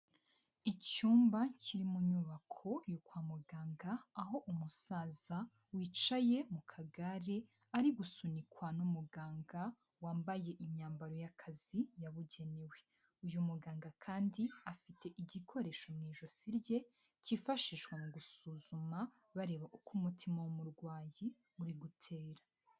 Icyumba kiri mu nyubako yo kwa muganga, aho umusaza wicaye mu kagare, ari gusunikwa n'umuganga, wambaye imyambaro y'akazi yabugenewe. Uyu muganga kandi afite igikoresho mu ijosi rye, kifashishwa mu gusuzuma bareba uko umutima w'umurwayi uri gutera.